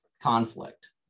conflict